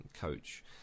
coach